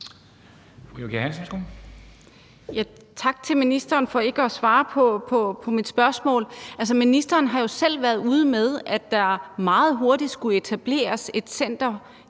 Tak til ministeren for ikke at svare på mit spørgsmål. Altså, ministeren har jo selv været ude med, at der meget hurtigt skulle etableres et center i